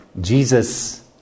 Jesus